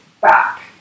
back